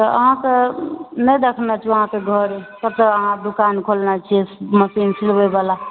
तऽ अहाँके नहि देखने छी अहाँकेँ घर कतऽ अहाँ दोकान खोलने छी मशीन सिलबै वाला